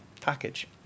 package